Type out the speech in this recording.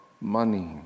money